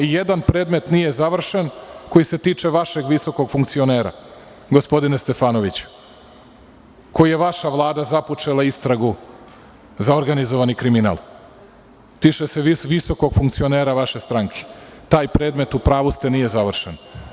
Jedan predmet nije završen koji se tiče vašeg visokog funkcionera, gospodine Stefanoviću, koji je vaša Vlada započela istragu za organizovani kriminal, tiče se visokog funkcionera vaše stranke, taj predmet, u pravu ste, nije završen.